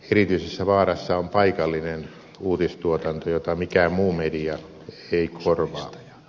erityisessä vaarassa on paikallinen uutistuotanto jota mikään muu media ei korvaa